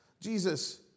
Jesus